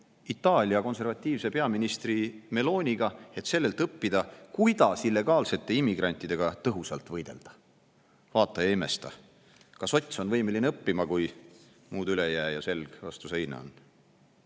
Itaalia konservatiivse peaministri Meloniga, et sellelt õppida, kuidas illegaalsete immigrantidega tõhusalt võidelda. Vaata ja imesta! Ka sots on võimeline õppima, kui muud üle ei jää ja selg vastu seina